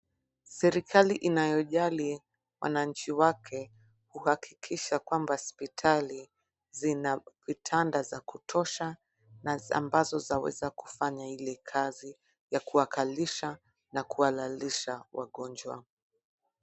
Serikali inayojali wananchi wake kwa kuhakikisha kwamba hospitali zina vitanda za kutosha ambazo zaweza kufanya hili kazi ya kuwakalisha na kuwalalisha wagonjwa.